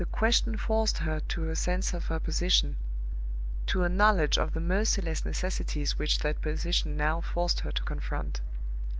the question forced her to a sense of her position to a knowledge of the merciless necessities which that position now forced her to confront.